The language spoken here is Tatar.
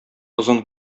озын